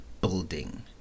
building